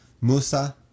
Musa